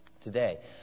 today